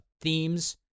themes